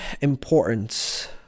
importance